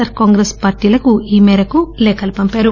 are Congress పార్టీలకు ఈ మేరకు లేఖలు పంపారు